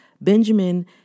Benjamin